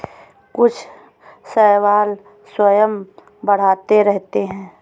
कुछ शैवाल स्वयं बढ़ते रहते हैं